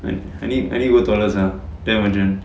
I need I need go toilet sia damn urgent